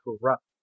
corrupt